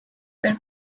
were